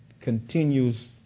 continues